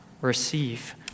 receive